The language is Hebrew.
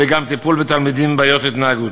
וגם טיפול בתלמידים עם בעיות התנהגות.